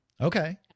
Okay